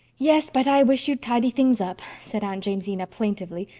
yes. but i wish you'd tidy things up, said aunt jamesina plaintively,